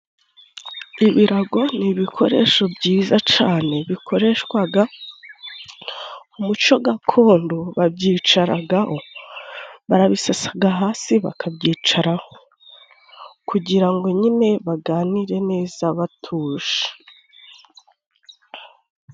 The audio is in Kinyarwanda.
Ibirago ni ibikoresho byiza cane bikoreshwaga umuco gakondo babyicaragaho barabisasaga hasi bakabyicaraho kugira ngo nyine baganire neza batuje.